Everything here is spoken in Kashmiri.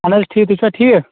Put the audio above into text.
اَہن حظ ٹھیٖک تُہۍ چھُوا ٹھیٖک